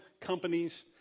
companies